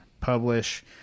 publish